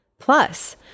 Plus